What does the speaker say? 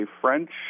French